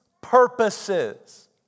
purposes